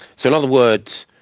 so, in other words,